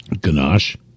Ganache